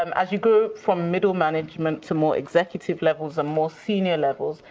um as you go from middle management to more executive levels and more senior levels,